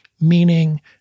meaning